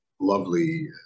lovely